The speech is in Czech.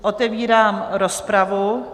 Otevírám rozpravu.